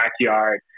backyard